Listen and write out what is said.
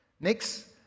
Next